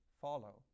follow